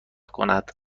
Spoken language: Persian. کند